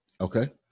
Okay